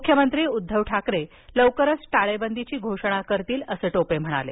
मुख्यमंत्री उद्धव ठाकरे लवकरच टाळेबंदीची घोषणा करतील असं टोपे म्हणाले